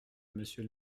monsieur